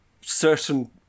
certain